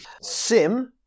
Sim